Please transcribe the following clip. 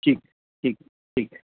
ठीक ठीक ठीक